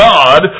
God